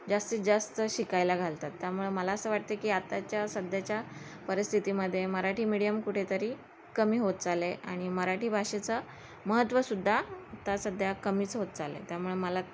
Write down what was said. जास्तीत जास्त शिकायला घालतात त्यामुळे मला असं वाटतं की आताच्या सध्याच्या परिस्थितीमध्ये मराठी मीडियम कुठेतरी कमी होत चालले आहे आणि मराठी भाषेचं महत्त्व सुद्धा आता सध्या कमीच होत चाललं आहे त्यामुळे मला